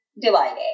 divided